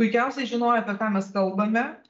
puikiausiai žinojo apie ką mes kalbame